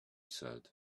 said